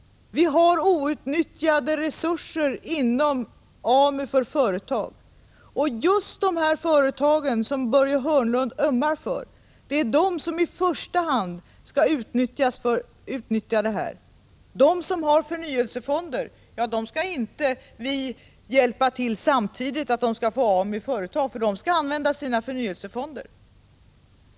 Vi har outnyttjade resurser inom AMU för företag. Det är just sådana företag som Börje Hörnlund ömmar för som i första hand skall utnyttja dessa möjligheter. De företag som har förnyelsefonder skall vi inte samtidigt hjälpa med AMU =— de skall använda sina förnyelsefonder.